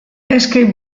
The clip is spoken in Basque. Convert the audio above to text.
escape